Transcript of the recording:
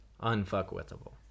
unfuckwithable